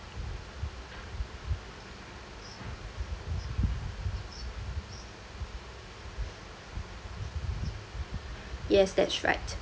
yes that's right